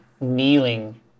kneeling